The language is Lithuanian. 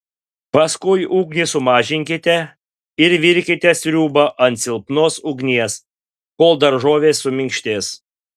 paskui ugnį sumažinkite ir virkite sriubą ant silpnos ugnies kol daržovės suminkštės